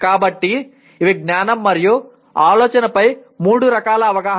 కాబట్టి ఇవి జ్ఞానం మరియు ఆలోచనపై మూడు రకాల అవగాహన